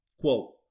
Quote